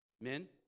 Men